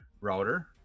router